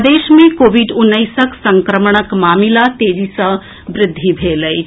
प्रदेश मे कोविड उन्नैसक संक्रमणक मामिला मे तेजी सँ वृद्धि भेल अछि